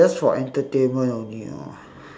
just for entertainment only orh